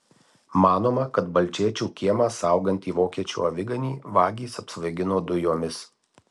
manoma kad balčėčių kiemą saugantį vokiečių aviganį vagys apsvaigino dujomis